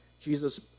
Jesus